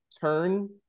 turn